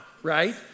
right